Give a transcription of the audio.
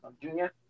Junior